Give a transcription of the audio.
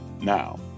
now